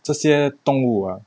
这些动物啊